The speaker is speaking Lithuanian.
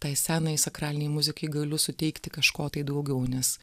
tai senai sakralinei muzikai galiu suteikti kažko tai daugiau nes